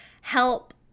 help